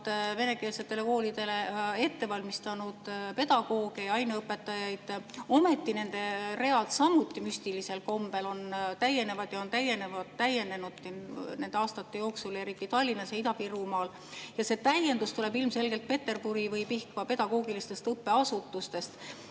venekeelsetele koolidele ette valmistanud pedagooge ja aineõpetajaid. Ometi nende read samuti müstilisel kombel täienevad ja on täienenud nende aastate jooksul, eriti Tallinnas ja Ida-Virumaal. Ja see täiendus tuleb ilmselgelt Peterburi või Pihkva pedagoogilistest õppeasutustest.